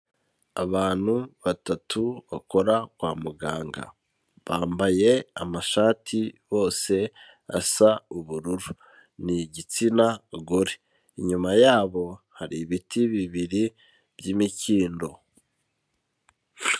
Abantu batatu bakora kwa muganga, bambaye amashati bose asa ubururu, ni igitsina gore, inyuma yabo hari ibiti bibiri by'imikindo.